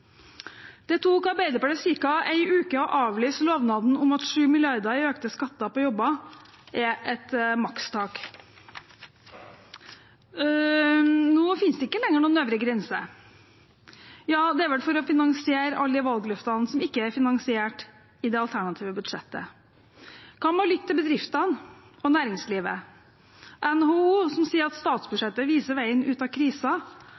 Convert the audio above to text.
Det tok Arbeiderpartiet ca. én uke å avlyse lovnaden om at 7 mrd. kr i økte skatter på jobber er et makstak. Nå finnes det ikke lenger noen øvre grense. Ja, det er vel for å finansiere alle de valgløftene som ikke er finansiert i det alternative budsjettet. Hva med å lytte til bedriftene og næringslivet, til NHO? De sier at statsbudsjettet viser veien ut av